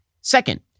Second